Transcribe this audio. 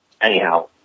anyhow